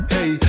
Hey